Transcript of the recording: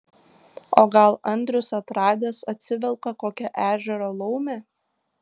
o gal andrius atradęs atsivelka kokią ežero laumę